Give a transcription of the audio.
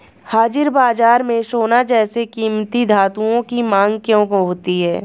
हाजिर बाजार में सोना जैसे कीमती धातुओं की मांग क्यों होती है